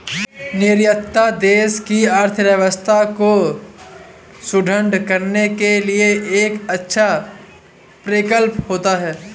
निर्यात देश की अर्थव्यवस्था को सुदृढ़ करने के लिए एक अच्छा प्रकल्प होता है